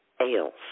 ales